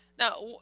Now